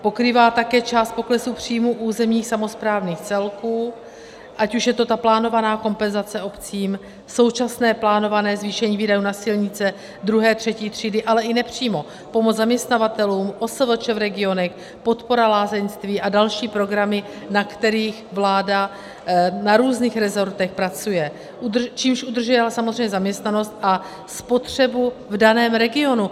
Pokrývá také část poklesu příjmů územně samosprávných celků, ať už je to ta plánovaná kompenzace obcím, současné plánované zvýšení výdajů na silnice II. a III. třídy, ale i nepřímo, pomoc zaměstnavatelům, OSVČ v regionech, podpora lázeňství a další programy, na kterých vláda na různých resortech pracuje, čímž udržuje samozřejmě zaměstnanost a spotřebu v daném regionu.